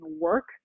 work